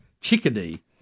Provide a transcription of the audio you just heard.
Chickadee